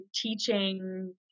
teaching